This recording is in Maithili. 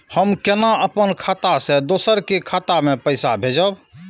हम केना अपन खाता से दोसर के खाता में पैसा भेजब?